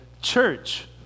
church